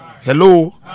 Hello